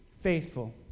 faithful